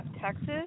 Texas